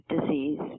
disease